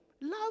Love